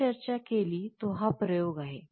आपण चर्चा केली तो हा प्रोयोग आहे